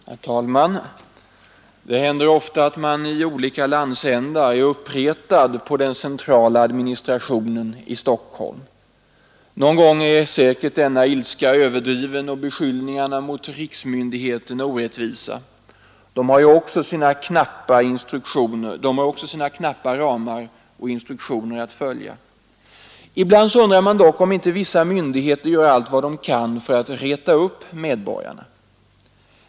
Herr talman! Det händer ofta att man i olika landsändar är uppretad på den centrala administrationen i Stockholm. Någon gång är säkert denna ilska överdriven och beskyllningarna mot riksmyndigheterna orättvisa. De har också sina knappa ramar och instruktioner att följa. Ibland undrar man dock om inte vissa myndigheter gör allt för att reta upp medborgarna.